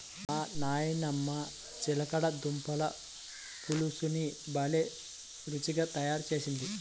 మా నాయనమ్మ చిలకడ దుంపల పులుసుని భలే రుచిగా తయారు చేసేది